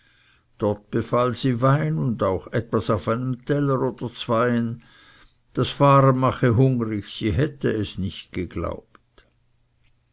dort befahl sie wein und auch etwas auf einem teller oder zweien das fahren mache hungrig sie hätte es nicht geglaubt